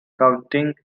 continuing